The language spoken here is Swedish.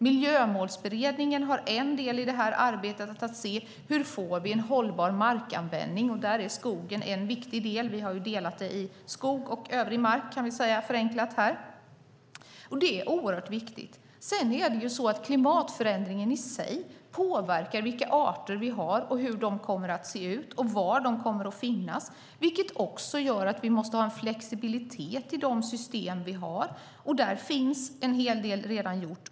Miljömålsberedningen har en del i det här arbetet. Det handlar om att se: Hur får vi en hållbar markanvändning? Där är skogen en viktig del. Vi har ju delat upp det i skog och övrig mark, kan vi förenklat säga. Det är oerhört viktigt. Sedan påverkar klimatförändringen i sig vilka arter vi har, hur de kommer att se ut och var de kommer att finnas. Det gör också att vi måste ha en flexibilitet i de system vi har. Där är en hel del redan gjort.